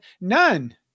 None